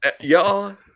Y'all